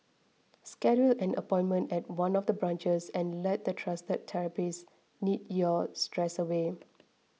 schedule an appointment at one of the branches and let the trusted therapists knead your stress away